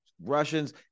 Russians